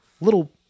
Little